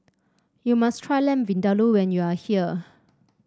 you must try Lamb Vindaloo when you are here